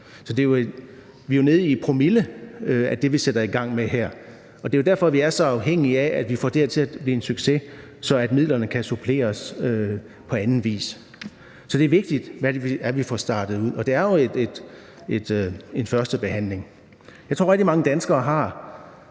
er vi jo nede i en promille med det, som vi sætter i gang her, og det er jo derfor, vi er så afhængige af, at vi får det her til at blive en succes, så midlerne kan suppleres på anden vis. Så det er vigtigt, at vi får startet ud, og det er jo en førstebehandling. Jeg tror, at rigtig mange danskere har